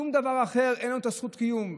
שום דבר אחר אין לו את זכות הקיום.